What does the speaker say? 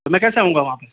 तो मैं कैसे आउंगा वहाँ पर